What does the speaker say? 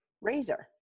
razor